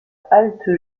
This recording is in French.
halte